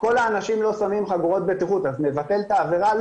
כל האנשים לא שמים חגורות בטיחות אז נבטל את העבירה?